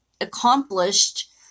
accomplished